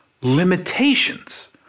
limitations